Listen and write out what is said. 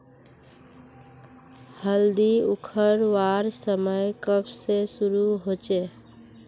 हल्दी उखरवार समय कब से शुरू होचए?